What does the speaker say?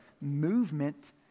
movement